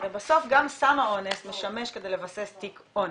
הרי בסוף, גם סם האונס משמש כדי לבסס תיק אונס.